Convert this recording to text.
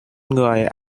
người